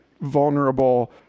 vulnerable